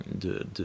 de